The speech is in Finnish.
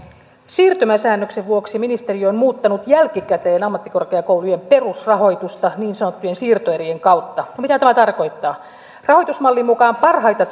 siirtymäsäännöksen vuoksi ministeriö on muuttanut jälkikäteen ammattikorkeakoulujen perusrahoitusta niin sanottujen siirtoerien kautta no mitä tämä tarkoittaa rahoitusmallin mukaan parhaita